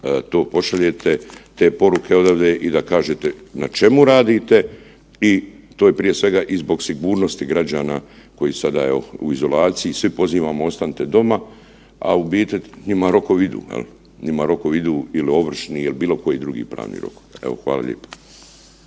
to pošaljete, te poruke odavde i da kažete na čemu radite i to je prije svega i zbog sigurnosti građana koji su sada u izolaciji. Svi pozivamo ostanite doma, a u biti njima rokovi idu, njima rokovi idu il ovršni ili bilo koji drugi. Evo, hvala lijepo.